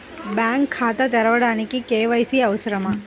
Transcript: Bank ఖాతా తెరవడానికి KYC అవసరమా?